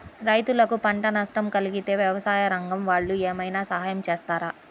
రైతులకు పంట నష్టం కలిగితే వ్యవసాయ రంగం వాళ్ళు ఏమైనా సహాయం చేస్తారా?